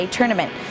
Tournament